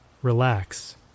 Relax